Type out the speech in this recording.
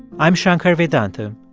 i'm shankar vedantam,